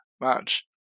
match